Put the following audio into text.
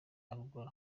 uruguay